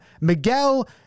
Miguel